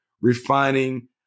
refining